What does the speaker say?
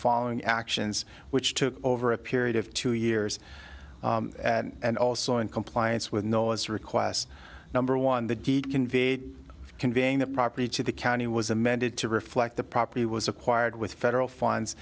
following actions which took over a period of two years and also in compliance with no as a request number one the deed conveyed conveying that property to the county was amended to reflect the property was acquired with federal funds